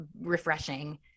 refreshing